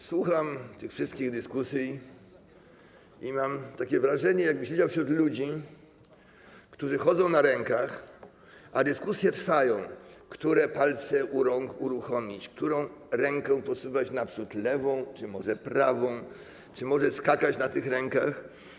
Słucham tych wszystkich dyskusji i mam takie wrażenie, jakbym siedział wśród ludzi, którzy chodzą na rękach, a dyskusje trwają, które palce u rąk uruchomić, którą rękę posuwać naprzód: lewą czy może prawą, czy może skakać na tych rękach.